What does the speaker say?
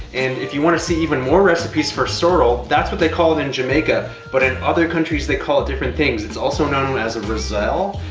and if you want to see even more recipes for sorrel, that's what they call it in jamaica, but in other countries they call it different things. it's also ah known as roselle.